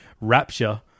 Rapture